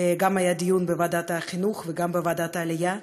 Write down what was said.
היה דיון בוועדת החינוך וגם בוועדת העלייה.